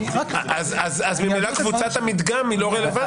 אז ממילא קבוצת המדגם היא לא רלוונטית.